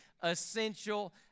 essential